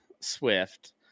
Swift